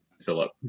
Philip